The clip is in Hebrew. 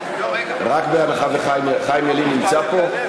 רק, חיים ילין נמצא פה?